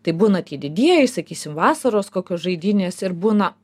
tai būna tie didieji sakysim vasaros kokios žaidynės ir būna